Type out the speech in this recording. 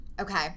okay